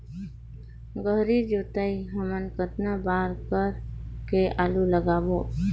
गहरी जोताई हमन कतना बार कर के आलू लगाबो?